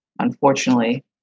unfortunately